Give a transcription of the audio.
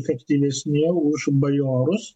efektyvesni už bajorus